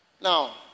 Now